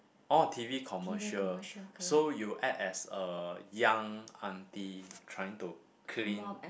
oh T_V commercial so you act as a young auntie trying to clean